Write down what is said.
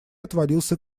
отвалился